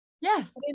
yes